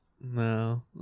No